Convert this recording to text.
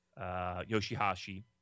Yoshihashi